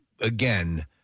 again